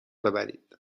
ببرید